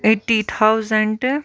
eighty thousand